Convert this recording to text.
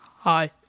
Hi